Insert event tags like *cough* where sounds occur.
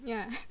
ya *laughs*